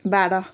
बाह्र